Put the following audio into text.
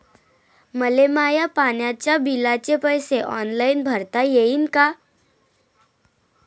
मले माया पाण्याच्या बिलाचे पैसे ऑनलाईन भरता येईन का?